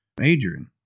Adrian